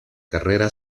carrera